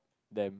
them